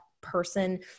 person